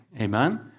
Amen